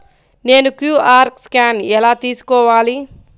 నేను QR scan ఎలా తీసుకోవాలి?